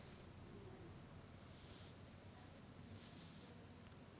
मुलांनो बाजार प्रभाव अजुन कोणत्या नावाने ओढकले जाते हे माहित आहे?